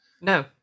No